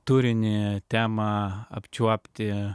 turinį temą apčiuopti